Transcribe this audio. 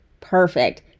perfect